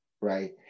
Right